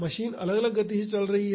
machine अलग अलग गति से चल रही है